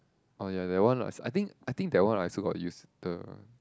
oh ya that one I I think I think that one I also got use the